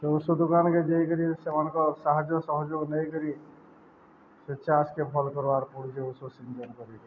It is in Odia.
ସେ ଉଷୋ ଦୋକାନ୍କେ ଯାଇକରି ସେମାନଙ୍କର୍ ସାହାଯ୍ୟ ସହଯୋଗ୍ ନେଇକରି ସେ ଚାଷ୍କେ ଭଲ୍ କର୍ବାକେ ପଡ଼ୁଛେ ଉଷୋ ସିଞ୍ଚନ୍ କରି କରି